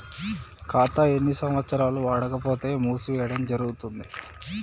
ఖాతా ఎన్ని సంవత్సరాలు వాడకపోతే మూసివేయడం జరుగుతుంది?